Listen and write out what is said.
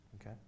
Okay